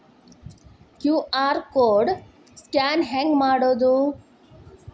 QR code scan ಹೆಂಗ್ ಮಾಡೋದು?